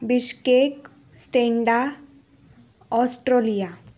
Bishkek स्टेंडा Australia